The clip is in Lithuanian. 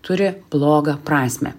turi blogą prasmę